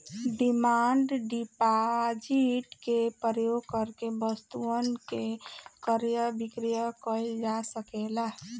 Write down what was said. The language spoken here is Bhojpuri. डिमांड डिपॉजिट के प्रयोग करके वस्तुअन के क्रय विक्रय कईल जा सकेला